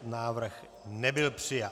Návrh nebyl přijat.